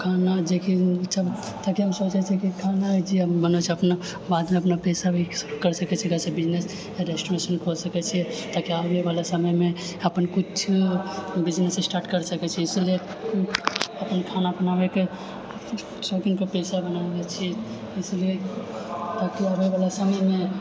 खाना जखनि जब ताकि हम सोचै छियै कि खाना जे हम बनाबै छियै अपना बादमे अपना पैसा भी करि सकै छी एकरासँ बिजनेस रेस्टोरेन्ट खोलि सकै छियै ताकि आबैवला समयमे अपन किछु बिजनेस स्टार्ट करि सकै छी इसिलिय अपन खाना बनाबैके शौकीनके पेशा बनाबैमे छियै इसिलियै ताकि आबैवला समयमे